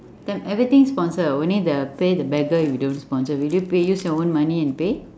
everything sponsored only the pay the beggar we don't sponsor will you pay use your own money and pay